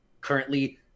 Currently